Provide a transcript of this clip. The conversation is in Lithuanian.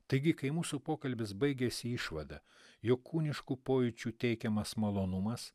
taigi kai mūsų pokalbis baigiasi išvada jog kūniškų pojūčių teikiamas malonumas